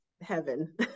heaven